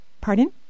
pardon